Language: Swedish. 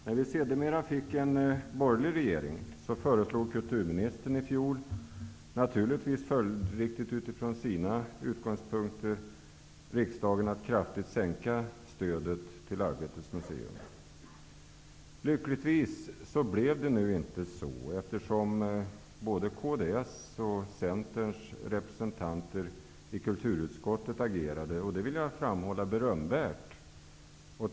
När vi sedan fick en borgerlig regering föreslog kulturministern i fjol följdriktigt, utifrån sina utgångspunkter, riksdagen att kraftigt sänka stödet till Arbetets museum. Lyckligtvis blev det inte så, eftersom både kds och Centerns representanter i kulturutskottet agerade. Jag vill framhålla att de agerade berömvärt.